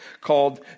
called